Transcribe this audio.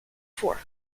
four